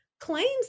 claims